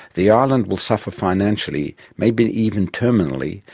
the island will suffer financially, maybe even terminally,